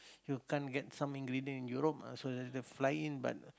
you can't get some ingredient in Europe uh so they they fly in but